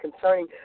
concerning